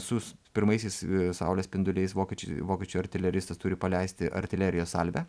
su s pirmaisiais saulės spinduliais vokiečiu vokiečių artileristas turi paleisti artilerijos salvę